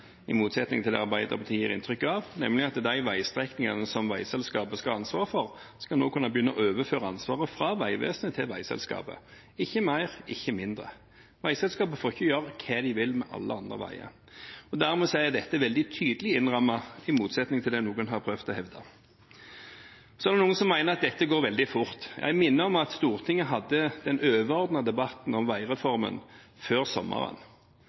i motsetning til det Arbeiderpartiet gir inntrykk av, nemlig at når det gjelder de veistrekningene som veiselskapet skal ha ansvar for, skal en nå kunne begynne å overføre ansvaret fra Vegvesenet til veiselskapet – ikke mer, ikke mindre. Veiselskapet får ikke gjøre hva de vil med alle andre veier. Dermed er dette veldig tydelig innrammet, i motsetning til det noen har prøvd å hevde. Så er det noen som mener at dette går veldig fort. Jeg minner om at Stortinget hadde den overordnede debatten om veireformen før sommeren.